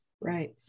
right